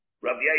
Rabbi